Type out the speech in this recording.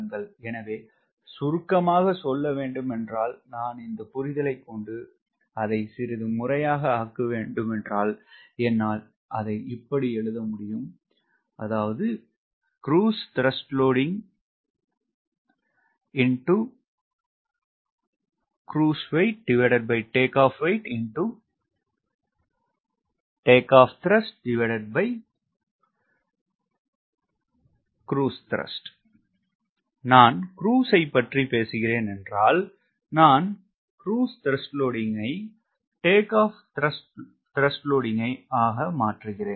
எனவே சுருக்கமாக சொல்லவேண்டும் என்றால் நான் இந்த புரிதலைக்கொண்டு அதை சிறிது முறையாக ஆக்க வேண்டுமென்றால் என்னால் இப்படி எழுத முடியும் நான் க்ரூஸ் ஐ பற்றி பேசுகிறேன் என்றால் நான் ஐ ஆக மாற்றுகிறேன்